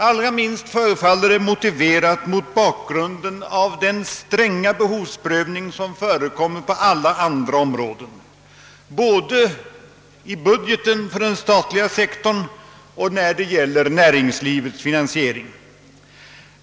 Allra minst förefaller det motiverat mot bakgrund av den stränga behovsprövning som förekommer på alla andra områden, både i budgeten för den statliga sektorn och. när det gäller näringslivets finansiering.